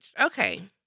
Okay